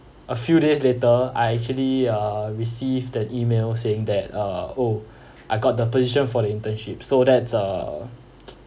a few days later I actually uh received the email saying that uh oh I got the position for the internship so that's uh